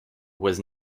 was